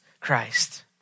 Christ